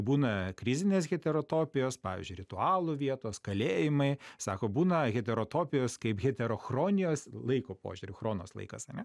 būna krizinės heterotopijos pavyzdžiui ritualų vietos kalėjimai sako būna heterotopijos kaip heterochronijos laiko požiūriu chronos laikas ane